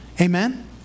Amen